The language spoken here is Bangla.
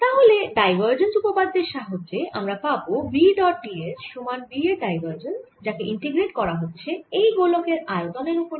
তাহলে ডাইভারজেন্স উপপাদ্যের সাহায্যে আমরা পাবো v ডট d s সমান v এর ডাইভারজেন্স যাকে ইন্টিগ্রেট করা হচ্ছে এই গোলকের আয়তনের ওপরে